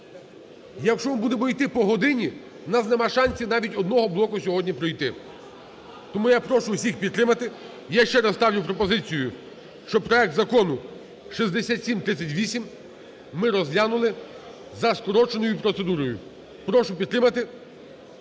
якщо ми будемо йти по годині, у нас нема шансів навіть одного блоку сьогодні пройти. Тому я прошу всіх підтримати. Я ще раз ставлю пропозицію, щоб проект Закону 6738 ми розглянули за скороченою процедурою. Прошу підтримати